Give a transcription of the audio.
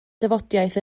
dafodiaith